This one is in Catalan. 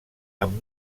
amb